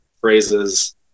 phrases